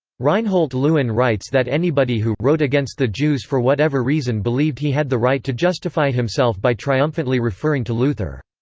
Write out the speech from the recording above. reinhold lewin writes that anybody who wrote against the jews for whatever reason believed he had the right to justify himself by triumphantly referring to luther.